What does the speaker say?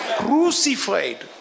crucified